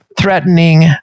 threatening